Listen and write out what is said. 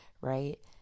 right